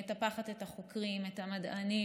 היא מטפחת את החוקרים, את המדענים,